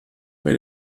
bei